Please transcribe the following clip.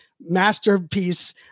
masterpiece